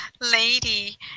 lady